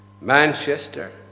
Manchester